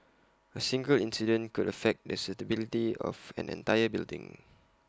A single incident could affect the stability of an entire building